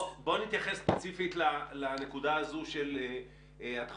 בוא נתייחס ספציפית לנקודה הזאת של התחבורה